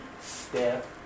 step